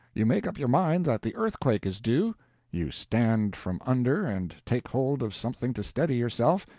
you make up your mind that the earthquake is due you stand from under, and take hold of something to steady yourself,